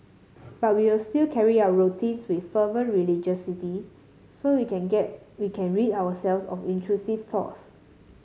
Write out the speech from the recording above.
but we will still carry out routines with fervent religiosity so we can get we can rid ourselves of intrusive thoughts